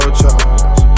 charge